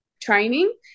training